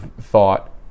thought